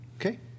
Okay